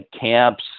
camps